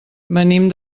venim